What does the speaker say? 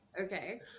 Okay